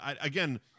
again